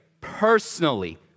personally